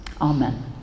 Amen